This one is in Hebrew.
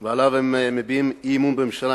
ועליו הם מביעים אי-אמון בממשלה,